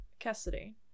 Cassidy